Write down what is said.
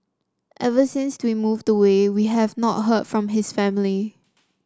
ever since to we moved away we have not heard from his family